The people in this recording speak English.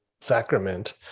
sacrament